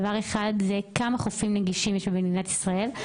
דבר אחד זה כמה חופים נגישים יש במדינת ישראל.